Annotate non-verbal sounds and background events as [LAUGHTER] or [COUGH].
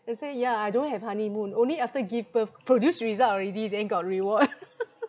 I say yeah I don't have honeymoon only after give birth produce result already then got reward [LAUGHS]